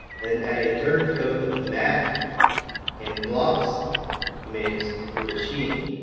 and then add a third coat of matte and gloss mix for the sheen?